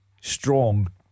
strong